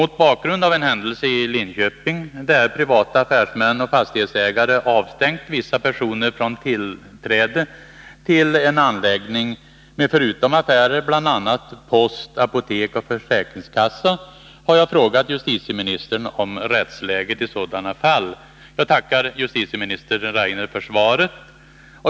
Mot bakgrund av en händelse i Linköping, där privata affärsmän och fastighetsägare avstängt vissa personer från tillträde till en anläggning med förutom affärer bl.a. post, apotek och försäkringskassa, har jag frågat justitieministern om rättsläget i sådana fall. Jag tackar justitieminister Rainer för svaret.